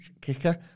kicker